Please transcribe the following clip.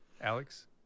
Alex